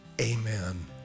amen